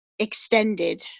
extended